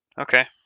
Okay